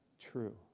true